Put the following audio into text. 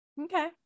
Okay